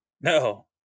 No